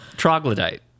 troglodyte